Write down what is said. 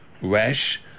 rash